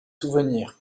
souvenirs